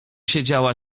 siedziała